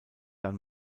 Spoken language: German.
dann